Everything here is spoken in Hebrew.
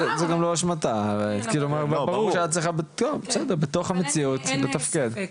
ברור שאת צריכה בתוך המציאות לתפקד.